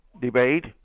debate